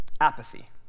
apathy